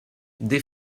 des